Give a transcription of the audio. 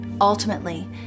Ultimately